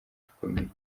gikomeye